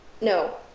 No